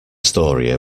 story